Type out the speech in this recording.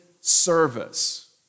service